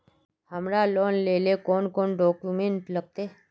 हमरा लोन लेले कौन कौन डॉक्यूमेंट लगते?